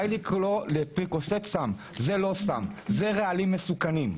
זה לא סם - זה רעלים מסוכנים.